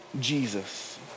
Jesus